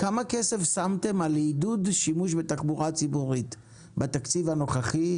כמה כסף שמתם על עידוד שימוש בתחבורה הציבורית בתקציב הנוכחי,